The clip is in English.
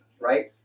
right